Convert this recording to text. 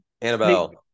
Annabelle